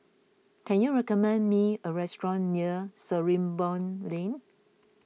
can you recommend me a restaurant near Sarimbun Lane